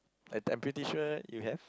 that I'm pretty sure you have